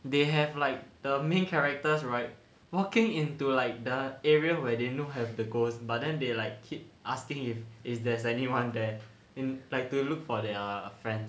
they have like the main characters right walking into like the area where they know have the ghost but then they like keep asking if if there's anyone there in like to look for their friends